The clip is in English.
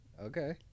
okay